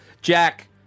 Jack